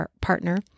partner